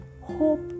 hope